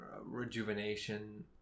rejuvenation